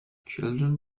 children